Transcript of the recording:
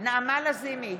נעמה לזימי,